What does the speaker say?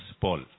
Paul